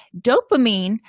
Dopamine